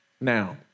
now